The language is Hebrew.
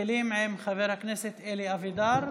מתחילים עם חבר הכנסת אלי אבידר.